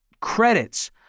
credits